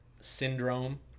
syndrome